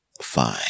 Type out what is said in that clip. Fine